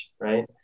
right